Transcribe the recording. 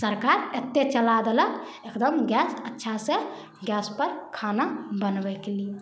सरकार एत्ते चला देलक एकदम गैस अच्छा से गैस पर खाना बनबै के लिए